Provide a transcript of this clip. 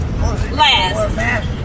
last